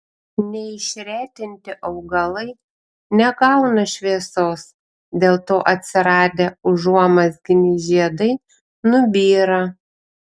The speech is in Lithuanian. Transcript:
neišretinti augalai negauna šviesos dėl to atsiradę užuomazginiai žiedai nubyra